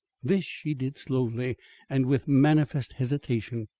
this she did slowly and with manifest hesitation.